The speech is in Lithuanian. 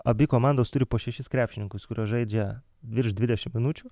abi komandos turi po šešis krepšininkus kuriuos žaidžia virš dvidešimt minučių